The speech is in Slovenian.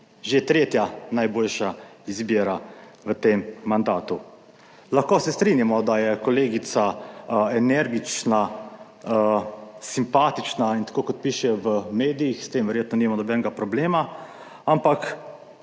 že tretja najboljša izbira v tem mandatu. Lahko se strinjamo, da je kolegica energična, simpatična in tako kot piše v medijih, s tem verjetno nimamo nobenega problema, ampak